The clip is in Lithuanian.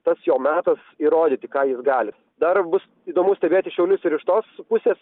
tas jau metas įrodyti ką jūs galit dar bus įdomu stebėti šiaulių surištos pusės